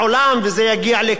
וזה יגיע לכאן,